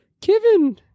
Kevin